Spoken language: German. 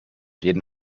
jeden